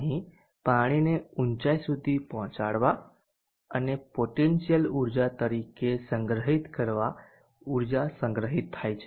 અહીં પાણીને ઊંચાઇ સુધી પહોંચાડવા અને પોટેન્શિયલ ઊર્જા તરીકે સંગ્રહિત કરવા ઉર્જા સંગ્રહિત થાય છે